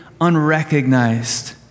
unrecognized